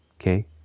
okay